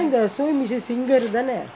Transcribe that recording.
இப்பே:ippae sewing machine singer தானே:thaanae